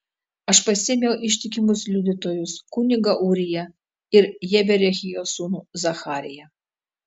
aš pasiėmiau ištikimus liudytojus kunigą ūriją ir jeberechijo sūnų zachariją